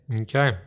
Okay